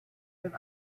have